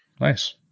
nice